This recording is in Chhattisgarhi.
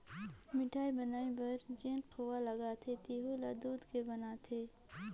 मिठाई बनाये बर जेन खोवा लगथे तेहु ल दूद के बनाथे